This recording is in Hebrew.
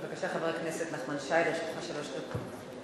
בבקשה, חבר הכנסת נחמן שי, לרשותך שלוש דקות.